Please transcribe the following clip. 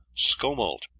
scomalt.